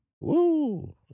Woo